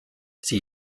sie